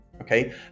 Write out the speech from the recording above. okay